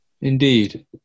Indeed